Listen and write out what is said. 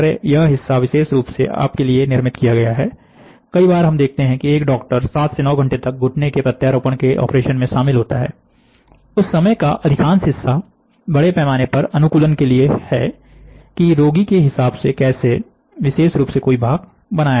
यह हिस्सा विशेष रूप से आपके लिए निर्मित किया गया है कई बार आप देखते हैं कि 1 डॉक्टर 7 से 9 घंटे तक घुटने के प्रत्यारोपण के ऑपरेशन में शामिल होता है उस समय का अधिकांश हिस्सा बड़े पैमाने पर अनुकूलन के लिए है कि कैसे रोगी के हिसाब से विशेष रूप से कोई भाग बनाया जाए